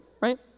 Right